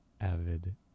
avid